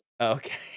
Okay